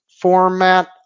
format